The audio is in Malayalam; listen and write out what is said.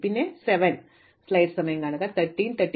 പിന്നെ 7